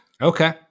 Okay